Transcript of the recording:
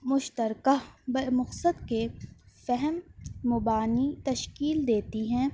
مشترکہ بہ مقصد کے فہم مبانی تشکیل دیتی ہیں